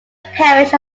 parish